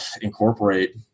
incorporate